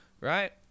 Right